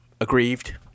aggrieved